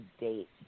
date